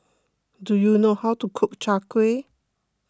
do you know how to cook Chai Kueh